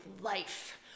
life